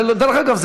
ודרך אגב,